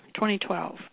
2012